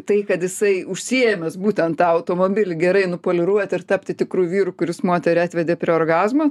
tai kad jisai užsiėmęs būtent tą automobilį gerai nupoliruoti ir tapti tikru vyru kuris moterį atvedė prie orgazmo